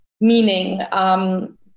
meaning